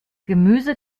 gemüse